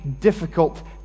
difficult